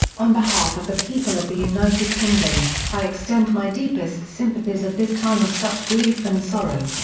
on behalf of the people of the united kingdom, i extend my deepest sympathies at this time of such grief and sorrow.